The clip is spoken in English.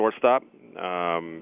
shortstop